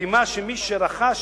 חתימה של מי שרכש,